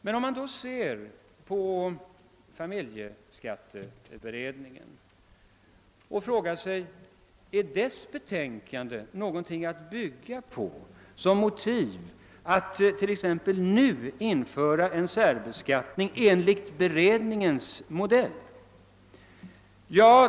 Sedan kan man fråga sig om familjeskatteberedningens betänkande är nå gonting att bygga på som motiv för att nu införa en särbeskattning enligt beredningens modell.